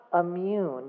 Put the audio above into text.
immune